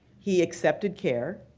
he accepted care,